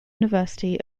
university